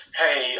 hey